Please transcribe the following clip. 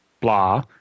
blah